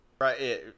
Right